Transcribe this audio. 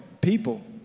people